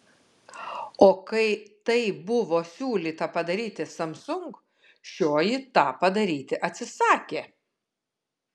o kai tai buvo siūlyta padaryti samsung šioji tą padaryti atsisakė